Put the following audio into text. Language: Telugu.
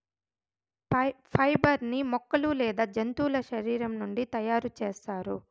ఫైబర్ ని మొక్కలు లేదా జంతువుల శరీరం నుండి తయారు చేస్తారు